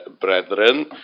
brethren